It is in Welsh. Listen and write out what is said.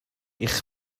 eich